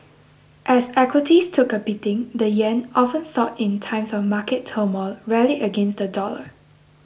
as equities took a beating the yen often sought in times of market turmoil rallied against the dollar